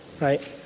Right